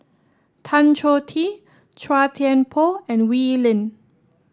Tan Choh Tee Chua Thian Poh and Wee Lin